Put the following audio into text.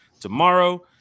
tomorrow